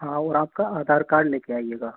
हाँ और आपका आधार कार्ड ले के आइएगा